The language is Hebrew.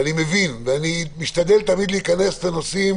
ואני תמיד משתדל להיכנס לנושאים